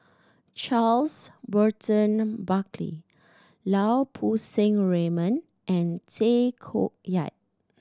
Charles Burton Buckley Lau Poo Seng Raymond and Tay Koh Yat